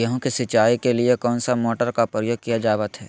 गेहूं के सिंचाई के लिए कौन सा मोटर का प्रयोग किया जावत है?